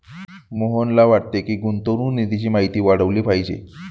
मोहनला वाटते की, गुंतवणूक निधीची माहिती वाढवली पाहिजे